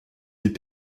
des